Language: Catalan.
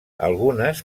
algunes